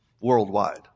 worldwide